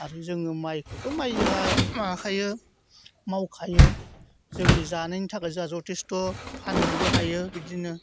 आरो जोङो माइखौथ' माइ जोंहा माबाखायो मावखायो जोंनि जानायनि थाखाय जोंहा जथेसथ' फाननोबो हायो बिदिनो